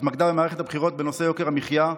התמקדה במערכת הבחירות בנושא יוקר המחיה,